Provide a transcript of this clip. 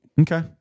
Okay